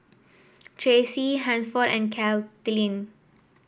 Tracie Hansford and Caitlyn